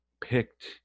picked